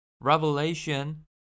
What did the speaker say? Revelation